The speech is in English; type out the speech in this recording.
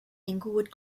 englewood